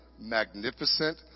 magnificent